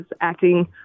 acting